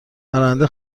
برنده